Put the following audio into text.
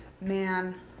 man